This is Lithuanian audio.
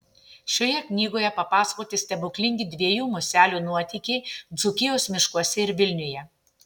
šioje knygoje papasakoti stebuklingi dviejų muselių nuotykiai dzūkijos miškuose ir vilniuje